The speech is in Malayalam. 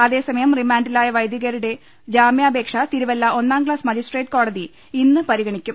അതേസമയം റിമാൻഡിലായ വൈദികരുടെ ജാമ്യാപേക്ഷ തിരുവല്ല ഒന്നാം ക്ലാസ് മജിസ്ട്രേറ്റ് കോടതി ഇന്ന് പരിഗണിക്കും